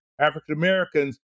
African-Americans